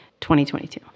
2022